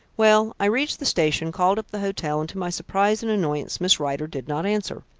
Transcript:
well, i reached the station, called up the hotel, and to my surprise and annoyance miss rider did not answer.